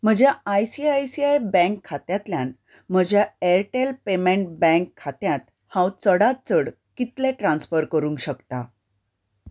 म्हज्या I C I C I bank खात्यांतल्यान म्हज्या ऍरटॅल पेमेंट बँक खात्यांत हांव चडांत चड कितलें ट्रान्स्फर करूंक शकता